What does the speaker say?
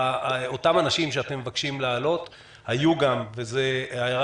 אותם אנשים שאתם מבקשים להעלות היו גם וזו ההערה